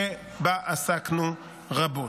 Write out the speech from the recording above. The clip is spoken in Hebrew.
שבה עסקנו רבות.